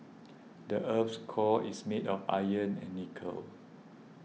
the earth's core is made of iron and nickel